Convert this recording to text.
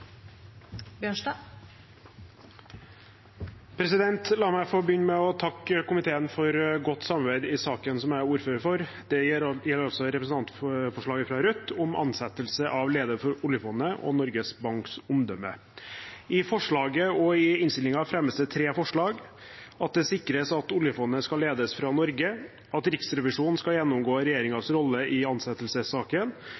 ordfører for. Det gjelder altså representantforslaget fra Rødt om ansettelsen av leder for oljefondet og Norges Banks omdømme. I representantforslaget og i innstillingen fremmes det tre forslag: at det sikres at oljefondet ledes fra Norge at Riksrevisjonen skal gjennomgå